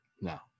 No